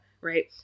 right